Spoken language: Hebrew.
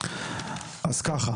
אז ככה: